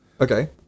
Okay